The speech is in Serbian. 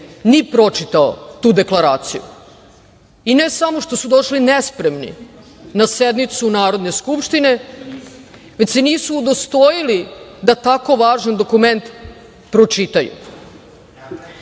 ni pročitao tu deklaraciju. I, ne samo što su došli ne spremni na sednicu Narodne skupštine, već se nisu udostojili da tako važan dokument